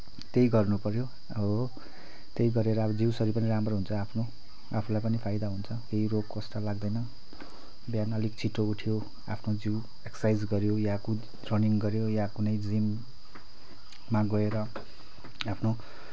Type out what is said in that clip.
त्यही गर्न पऱ्यो अब त्यही गरेर अब जिउ शरीर पनि राम्रो हुन्छ आफ्नो आफूलाई पनि फाइदा हुन्छ केही रोग कष्ट लाग्दैन बिहान अलिक छिटो उठ्यो आफ्नो जिउ एक्सरसाइज गऱ्यो या कुद या रनिङ गऱ्यो या कुनै जिममा गएर आफ्नो